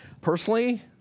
Personally